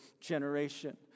generation